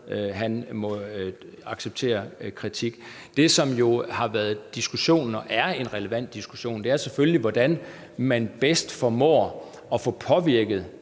han må acceptere kritik af. Det, som har været diskussionen, og som er en relevant diskussion, er selvfølgelig, hvordan man bedst formår at få påvirket